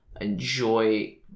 enjoy